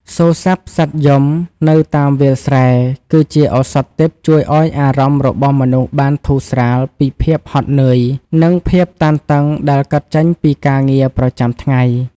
សូរសព្ទសត្វយំនៅតាមវាលស្រែ គឺជាឱសថទិព្វជួយឱ្យអារម្មណ៍របស់មនុស្សបានធូរស្រាលពីភាពហត់នឿយ និងភាពតានតឹងដែលកើតចេញពីការងារប្រចាំថ្ងៃ។